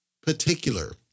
particular